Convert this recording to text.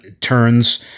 turns